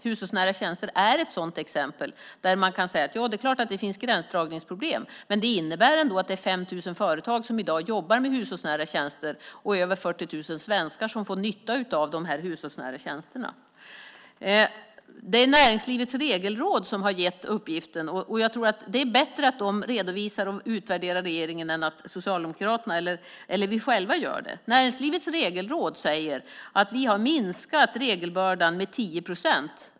Hushållsnära tjänster är ett sådant exempel, där man kan säga att det är klart att det finns gränsdragningsproblem. Men det innebär ändå att det är 5 000 företag som i dag jobbar med hushållsnära tjänster och över 40 000 svenskar som får nytta av de hushållsnära tjänsterna. Det är Näringslivets regelråd som har gett uppgiften. Jag tror att det är bättre att de redovisar och utvärderar regeringen än att Socialdemokraterna eller vi själva gör det. Näringslivets regelråd säger att vi har minskat regelbördan med 10 procent.